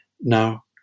now